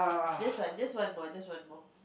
just one just one more just one more